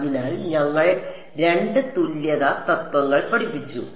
അതിനാൽ ഞങ്ങൾ രണ്ട് തുല്യത തത്വങ്ങൾ പഠിച്ചു